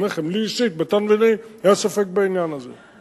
אני אומר לכם, לי אישית היה ספק בעניין הזה.